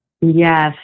Yes